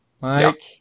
Mike